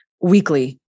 weekly